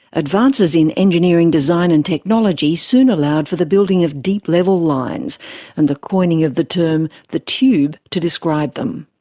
advances in engineering design and technology soon allowed for the building of the deep level lines and the coining of the term the tube to describe them.